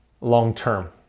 long-term